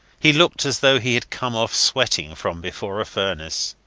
he looked as though he had come off sweating from before a furnace.